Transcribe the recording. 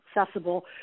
accessible